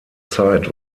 zeit